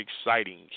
exciting